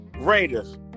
Raiders